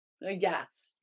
Yes